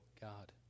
God